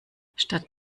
statt